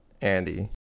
Andy